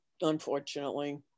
unfortunately